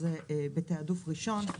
אז זה בתעדוף ראשון,